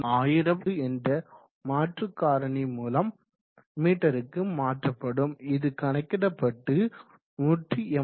41000என்ற மாற்ற காரணி மூலம் மீட்டருக்கு மாற்றப்படும் அது கணக்கிடப்பட்டு 182